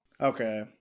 Okay